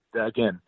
Again